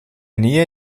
nähe